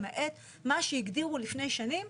למעט מה שהגדירו לפני שנים,